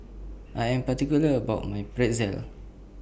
I Am particular about My Pretzel